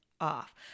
off